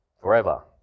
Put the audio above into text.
forever